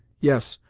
yes,